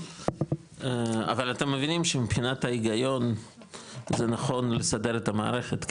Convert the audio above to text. אבל אתם מבינים שמבחינת ההיגיון זה נכון לסדר את המערכת,